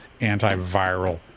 antiviral